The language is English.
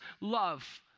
love